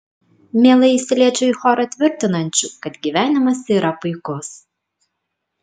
mielai įsiliečiau į chorą tvirtinančių kad gyvenimas yra puikus